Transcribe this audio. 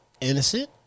innocent